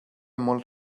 molt